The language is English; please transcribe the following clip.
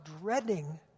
dreading